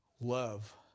love